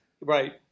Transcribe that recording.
Right